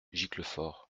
giclefort